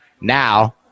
now